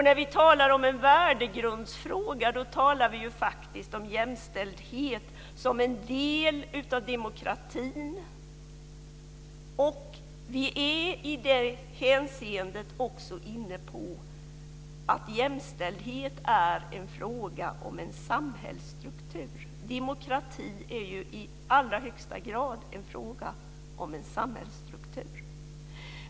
När vi talar om en värdegrundsfråga talar vi faktiskt om jämställdhet som en del av demokratin. Vi är i det hänseendet också inne på att jämställdhet är en fråga om samhällsstruktur. Demokrati är ju i allra högsta grad en fråga om samhällsstruktur.